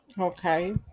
okay